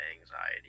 anxiety